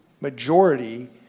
majority